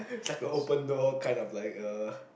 just a open door kind of like uh